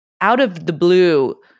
out-of-the-blue